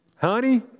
Honey